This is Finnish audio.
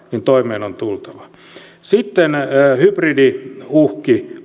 toimeen on tultava hybridiuhkista